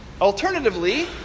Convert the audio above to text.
Alternatively